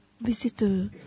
visitor